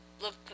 look